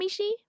Mishi